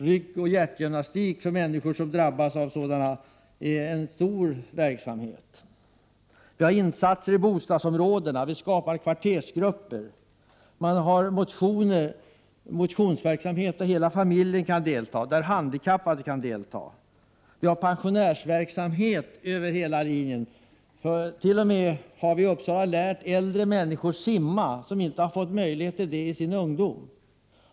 Rytmoch hjärtgymnastik för människor som drabbas av besvär är en stor verksamhet. Vi har insatser i bostadsområdena. Vi skapar kvartersgrupper. Man har motionsverksamhet där hela familjen kan delta och där även handikappade kan delta. Vi har pensionärsverksamhet över hela linjen. Vi har i Uppsala t.o.m. lärt äldre människor simma, som inte fått möjlighet till det i sin ungdom.